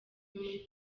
muri